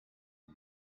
you